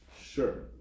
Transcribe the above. Sure